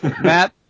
Matt